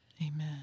Amen